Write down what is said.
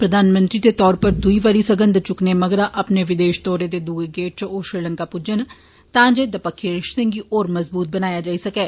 प्रधानमंत्री दे तौर उप्पर दुई बारी संगध चुकने मगरा अपने विदेष दौरे दे दुए गैड़ इच ओ श्रीलंका पुज्जे न तां जे दपक्खी रिप्ते गी होर मजबूत बनाया जाई सकै